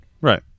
right